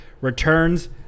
returns